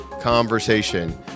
conversation